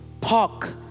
park